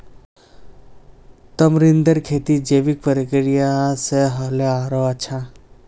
तमरींदेर खेती जैविक प्रक्रिया स ह ल आरोह अच्छा